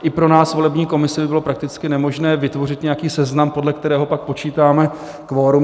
I pro nás, volební komisi, by bylo prakticky nemožné vytvořit nějaký seznam, podle kterého pak počítáme kvorum.